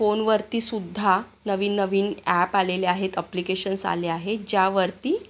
फोनवरतीसुद्धा नवीन नवीन ॲप आलेले आहेत अप्लिकेशन्स आले आहेत ज्यावरती